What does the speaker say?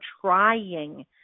trying